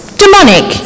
demonic